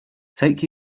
take